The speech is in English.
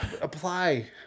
apply